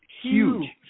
Huge